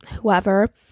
whoever